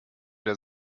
der